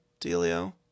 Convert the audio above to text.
Delio